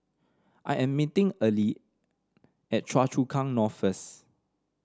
I am meeting Earley at Choa Chu Kang North first